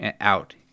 out